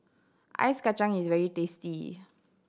Ice Kachang is very tasty